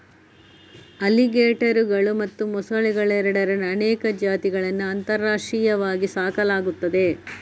ಅಲಿಗೇಟರುಗಳು ಮತ್ತು ಮೊಸಳೆಗಳೆರಡರ ಅನೇಕ ಜಾತಿಗಳನ್ನು ಅಂತಾರಾಷ್ಟ್ರೀಯವಾಗಿ ಸಾಕಲಾಗುತ್ತದೆ